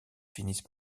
finissent